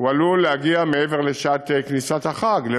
עלול להגיע לאומן אחרי שעת כניסת החג.